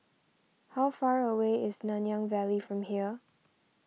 how far away is Nanyang Valley from here